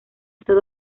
estos